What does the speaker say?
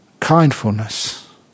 Kindfulness